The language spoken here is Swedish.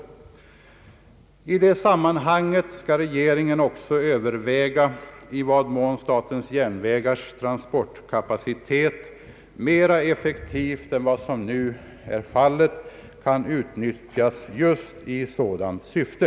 I det sammanhanget skall regeringen också överväga i vad mån statens järnvägars trafikkapacitet mera effektivt än vad som nu är fallet kan utnyttjas just i sådant syfte.